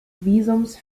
visums